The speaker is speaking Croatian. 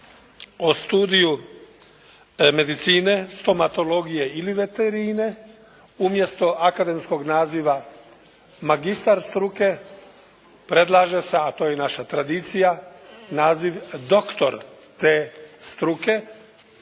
o studiju medicine, stomatologije ili veterine umjesto akademskog naziva: "magistar struke" predlaže se, a to je i naša tradicija, naziv: "doktor" te struke.